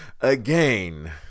again